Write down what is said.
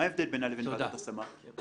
מה ההבדל בינה לבין ועדת השמה?